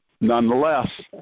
nonetheless